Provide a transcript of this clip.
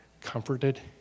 comforted